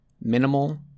minimal